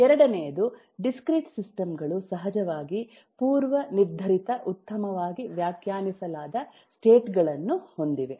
ಎರಡನೆಯದು discrete system ಗಳು ಸಹಜವಾಗಿ ಪೂರ್ವನಿರ್ಧರಿತ ಉತ್ತಮವಾಗಿ ವ್ಯಾಖ್ಯಾನಿಸಲಾದ ಸ್ಟೇಟ್ ಗಳನ್ನು ಹೊಂದಿವೆ